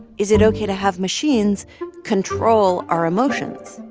is it ok to have machines control our emotions?